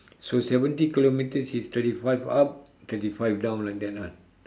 so seventy kilometres is twenty five up thirty five down like that ah